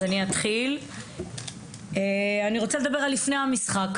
אני רוצה לדבר על לפני המשחק.